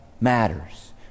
matters